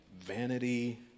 vanity